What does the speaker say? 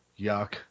Yuck